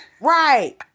Right